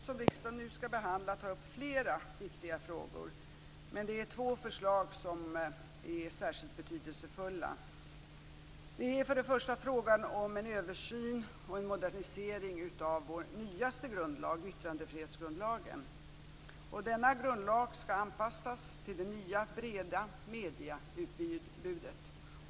Herr talman! I den grundlagsproposition som riksdagen nu har att behandla tas flera viktiga frågor upp. Men det är två förslag som är särskilt betydelsefulla. Först är det fråga om en översyn och en modernisering av vår nyaste grundlag, yttrandefrihetsgrundlagen. Denna grundlag skall anpassas till det nya, breda medieutbudet.